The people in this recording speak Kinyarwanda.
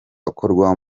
akorwa